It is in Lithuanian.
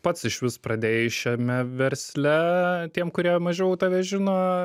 pats išvis pradėjai šiame versle tiem kurie mažiau tave žino